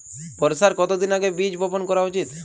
বর্ষার কতদিন আগে বীজ বপন করা উচিৎ?